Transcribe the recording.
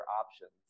options